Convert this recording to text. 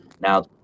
Now